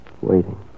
waiting